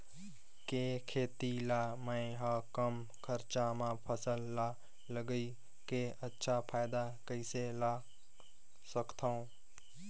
के खेती ला मै ह कम खरचा मा फसल ला लगई के अच्छा फायदा कइसे ला सकथव?